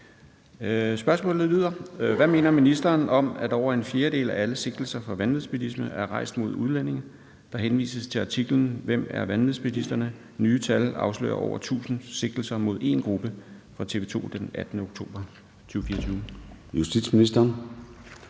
Spørgsmålet lyder: Hvad mener ministeren om, at over en fjerdedel af alle sigtelser for vanvidsbilisme er rejst mod udlændinge? Der henvises til artiklen »Hvem er vanvidsbilisterne? Nye tal afslører over 1000 sigtelser mod én gruppe« fra tv2.dk den 18. oktober 2024. Kl.